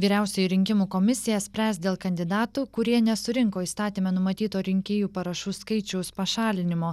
vyriausia rinkimų komisija spręs dėl kandidatų kurie nesurinko įstatyme numatyto rinkėjų parašų skaičiaus pašalinimo